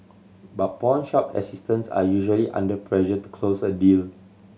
but pawnshop assistants are usually under pressure to close a deal